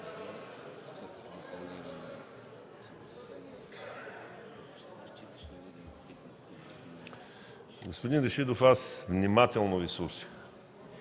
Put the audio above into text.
Господин Рашидов, аз внимателно Ви слушах